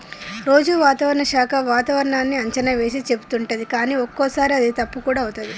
రోజు వాతావరణ శాఖ వాతావరణన్నీ అంచనా వేసి చెపుతుంటది కానీ ఒక్కోసారి అది తప్పు కూడా అవుతది